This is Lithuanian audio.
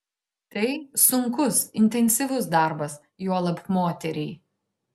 tai sunkus intensyvus darbas juolab moteriai